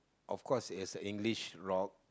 of course it has a english rock